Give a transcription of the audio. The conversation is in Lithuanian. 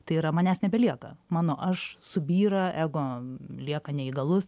tai yra manęs nebelieka mano aš subyra ego lieka neįgalus